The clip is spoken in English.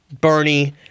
Bernie